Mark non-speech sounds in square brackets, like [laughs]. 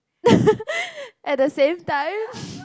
[laughs] at the same time